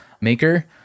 maker